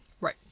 Right